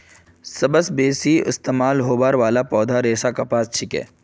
सबस बेसी इस्तमाल होबार वाला पौधार रेशा कपास छिके